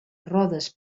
rodes